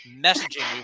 messaging